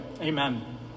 amen